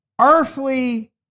earthly